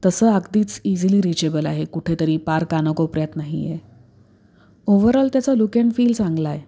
तसं अगदीच easily reachable आहे कुठेतरी पार कानाकोपऱ्यात नाही आहे ओवरऑल त्याचा लुक अँड फील चांगला आहे